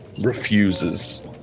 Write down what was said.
refuses